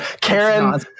Karen